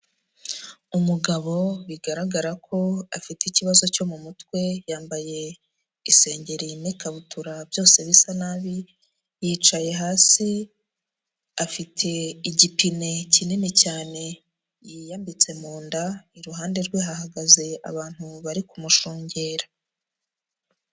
Umugabo bigaragara ko afite ikibazo cyo mu mutwe, yambaye isengeri n'ikabutura byose bisa nabi, yicaye hasi, afite igipine kinini cyane yiyambitse mu nda, iruhande rwe hahagaze abantu bari kumushungera.